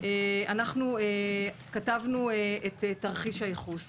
אנחנו כתבנו את תרחיש הייחוס.